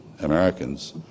Americans